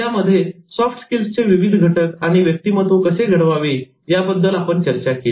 ज्यामध्ये सॉफ्ट स्किलचे विविध घटक आणि व्यक्तिमत्व कसे घडवावे याबद्दल आपण चर्चा केली